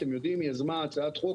היא יזמה הצעת חוק